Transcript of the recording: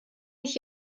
ich